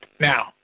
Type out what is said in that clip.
Now